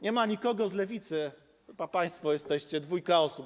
Nie ma nikogo z Lewicy, chyba państwo jesteście, dwoje osób.